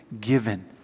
given